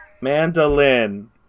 Mandolin